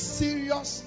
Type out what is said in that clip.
serious